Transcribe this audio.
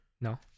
No